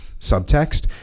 Subtext